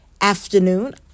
afternoon